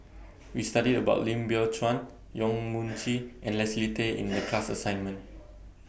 We studied about Lim Biow Chuan Yong Mun Chee and Leslie Tay in The class assignment